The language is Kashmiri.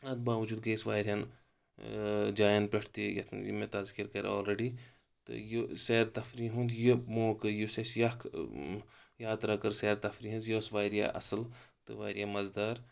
اتھ باوجوٗد گٔے أسۍ واریااہن جاین پٮ۪ٹھ تہِ یتھ یِم مےٚ تزکر کٔرۍ آلریٚڈی تہٕ یہِ سیر تفریٖح ہُنٛد یہِ موقعہٕ یُس اسہِ یہِ اکھ یاترا کٔر سیر تفریٖح ہِنٛز یہِ ٲسۍ واریاہ اصٕل تہٕ واریاہ مزٕ دار